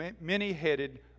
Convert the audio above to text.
many-headed